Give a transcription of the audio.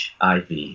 HIV